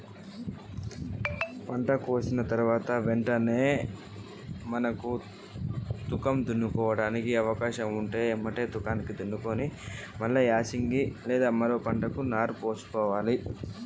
పంట కోసిన తర్వాత ఏం చెయ్యాలి?